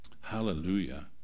Hallelujah